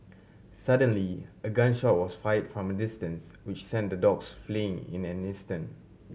suddenly a gun shot was fired from a distance which sent the dogs fleeing in an instant